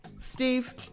Steve